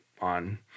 on